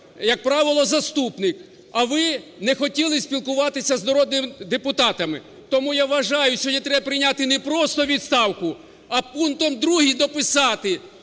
як правило, заступник, а ви не хотіли спілкуватися з народними депутатами. Тому, я вважаю, сьогодні треба прийняти не просто відставку, а пунктом 2 дописати: